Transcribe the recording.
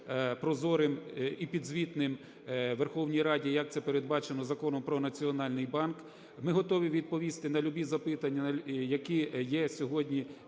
прозорими і підзвітними Верховній Раді, як це передбачено Законом про Національний банк. Ми готові відповісти на любі запитання, які є сьогодні